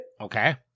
Okay